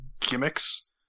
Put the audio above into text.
gimmicks